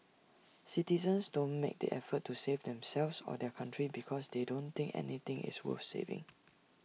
citizens don't make the effort to save themselves or their country because they don't think anything is worth saving